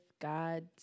God